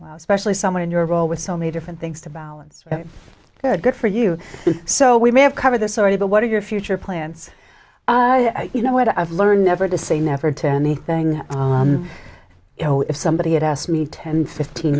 right specially someone in your role with so many different things to balance their good for you so we may have covered this already but what are your future plans you know what i've learned never to say never to anything you know if somebody had asked me ten fifteen